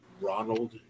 Ronald